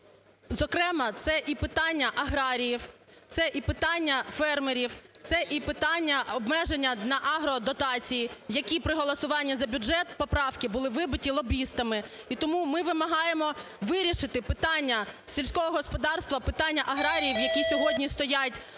зокрема це і питання аграріїв, це і питання фермерів, це і питання обмеження наагродотації, які при голосуванні за бюджет поправки були вибиті лобістами. І тому ми вимагаємо вирішити питання сільського господарства, питання аграріїв, які сьогодні стоять